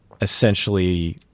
Essentially